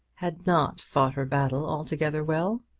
had not fought her battle altogether well.